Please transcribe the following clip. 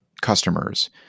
customers